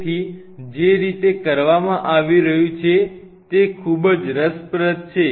તેથી જે રીતે તે કરવામાં આવી રહ્યું છે તે ખૂબ જ રસપ્રદ છે